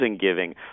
giving